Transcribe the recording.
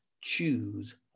choose